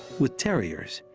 with terriers,